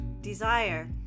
desire